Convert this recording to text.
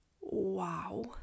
wow